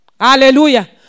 Hallelujah